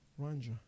Ranja